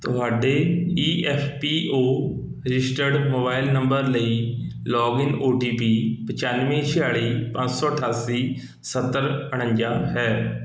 ਤੁਹਾਡੇ E F P O registered mobile number ਲਈ login O T P ਪਚਾਨਵੇਂ ਛਿਆਲ਼ੀ ਪੰਜ ਸੌ ਅਠਾਸੀ ਸੱਤਰ ਉਣੰਜਾ ਹੈ